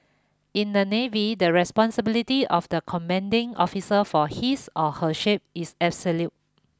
in the navy the responsibility of the commanding officer for his or her ship is absolute